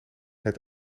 het